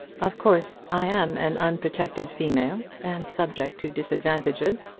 of course i am an unprotected female, and subject to disadvantages.